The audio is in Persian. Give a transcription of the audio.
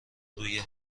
روی